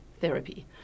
therapy